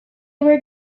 were